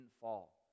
fall